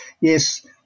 yes